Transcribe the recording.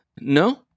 No